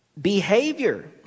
behavior